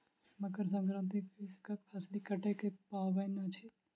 मकर संक्रांति कृषकक फसिल कटै के पाबैन अछि